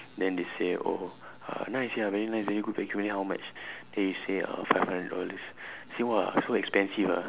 then they say oh uh nice ya very nice very good vacuum then how much then you say uh five hundred dollars say !wah! so expensive ah